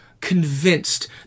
convinced